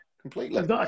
completely